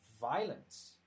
violence